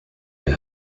your